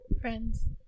friends